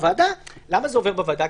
למה זה עובר בוועדה?